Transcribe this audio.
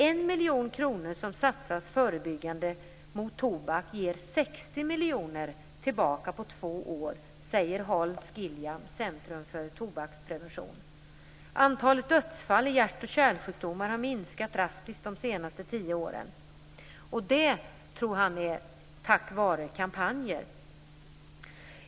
1 miljon kronor som satsas på förebyggande arbete mot tobak ger 60 miljoner tillbaka på två år, säger Hans Gilian vid Centrum för tobaksprevention. Antalet dödsfall i hjärt och kärlsjukdomar har minskat drastiskt de senaste tio åren. Det är, tror han, tack vare kampanjer.